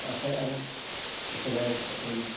ᱟᱥᱟᱭᱮᱜᱼᱟ ᱵᱚᱱ ᱥᱮᱫᱟᱭ ᱟᱵᱚᱨᱮᱱ